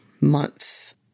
month